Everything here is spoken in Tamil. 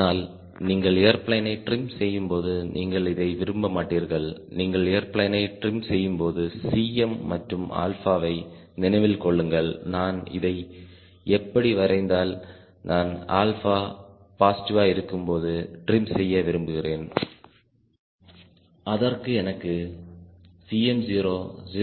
ஆனால் நீங்கள் ஏர்பிளேனை ட்ரிம் செய்யும்போது நீங்கள் இதை விரும்ப மாட்டீர்கள் நீங்கள் ஏர்பிளேனை ட்ரிம் செய்யும்போது Cm மற்றும் ஆல்பா வை நினைவில் கொள்ளுங்கள் நான் இதை எப்படி வரைந்தால் நான் ஆல்பா பாஸ்ட்வா இருக்கும்போது ட்ரிம் செய்ய விரும்புகிறேன் அதற்கு எனக்கு Cm0